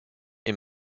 est